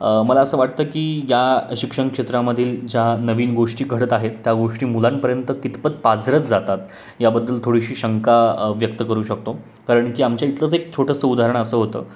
मला असं वाटतं की या शिक्षण क्षेत्रामधील ज्या नवीन गोष्टी घडत आहेत त्या गोष्टी मुलांपर्यंत कितपत पाझरत जातात याबद्दल थोडीशी शंका व्यक्त करू शकतो कारण की आमच्या इथलंच एक छोटंसं उदाहरण असं होतं